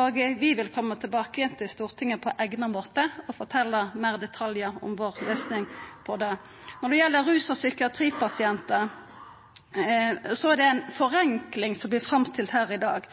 og vi vil koma tilbake igjen til Stortinget på eigna måte og fortelja meir i detalj om vår løysing på det. Når det gjeld rus- og psykiatripasientar, er det ei forenkling slik det vert framstilt her i dag.